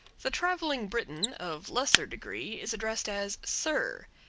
the traveling briton of lesser degree is addressed as sir,